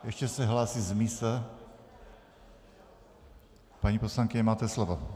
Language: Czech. Ještě se hlásí z místa paní poslankyně, máte slovo.